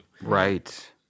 Right